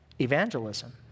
evangelism